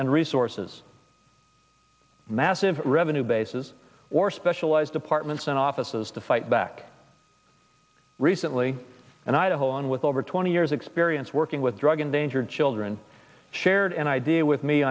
and resources massive revenue bases or specialized departments and offices to fight back recently and i to hold on with over twenty years experience working with drug endangered children shared an idea with me